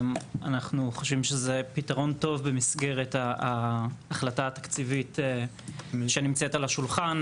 אנחנו חושבים שזה פתרון טוב במסגרת ההחלטה התקציבית שנמצאת על השולחן,